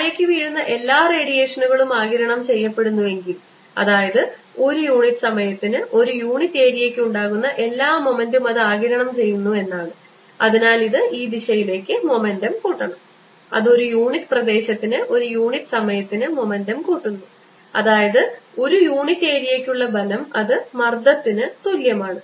താഴേയ്ക്ക് വീഴുന്ന എല്ലാ റേഡിയേഷനുകളും ആഗിരണം ചെയ്യപ്പെടുന്നുവെങ്കിൽ അതായത് ഒരു ഒരു യൂണിറ്റ് സമയത്തിന് ഒരു യൂണിറ്റ് ഏരിയയ്ക്ക് ഉണ്ടാകുന്ന എല്ലാ മൊമെൻറും അത് ആഗിരണം ചെയ്യുന്നു എന്നാണ് അതിനാൽ ഇതിന് ഈ ദിശയിലേക്ക് മൊമെൻ്റം കൂട്ടണം അത് ഒരു യൂണിറ്റ് പ്രദേശത്തിന് ഒരു യൂണിറ്റ് സമയത്തിന് മൊമെൻ്റം കൂട്ടുന്നു അതായത് ഒരു യൂണിറ്റ് ഏരിയയ്ക്ക് ഉള്ള ബലം അത് മർദ്ദത്തിന് തുല്യമാണ്